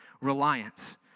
reliance